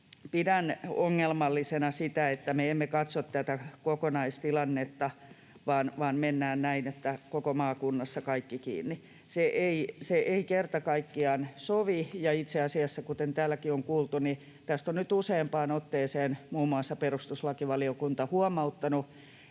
Pidän ongelmallisena sitä, että me emme katso tätä kokonaistilannetta vaan mennään näin, että koko maakunnassa kaikki kiinni. Se ei kerta kaikkiaan sovi, ja itse asiassa, kuten täälläkin on kuultu, tästä on nyt useampaan otteeseen muun muassa perustuslakivaliokunta huomauttanut,